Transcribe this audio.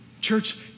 Church